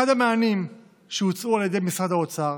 אחד המענים שהוצעו על ידי משרד האוצר